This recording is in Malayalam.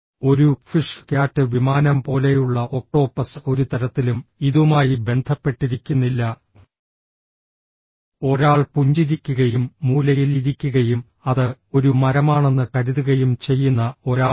ഒരു ഫിഷ് ക്യാറ്റ് വിമാനം പോലെയുള്ള ഒക്ടോപ്പസ് ഒരു തരത്തിലും ഇതുമായി ബന്ധപ്പെട്ടിരിക്കുന്നില്ല ഒരാൾ പുഞ്ചിരിക്കുകയും മൂലയിൽ ഇരിക്കുകയും അത് ഒരു മരമാണെന്ന് കരുതുകയും ചെയ്യുന്ന ഒരാളാണ്